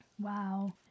Wow